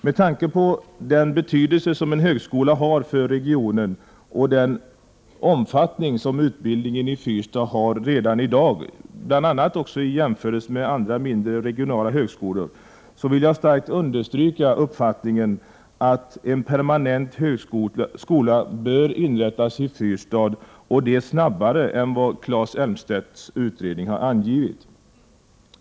Med tanke på den betydelse som en högskola har för regionen och den omfattning som utbildningen har i Fyrstad redan i dag, bl.a. i jämförelse med andra, mindre regionala högskolor, vill jag starkt understryka uppfattningen att en permanent högskola bör inrättas i Fyrstad — och dessutom snabbare än vad Claes Elmstedt har angivit i sin utredning.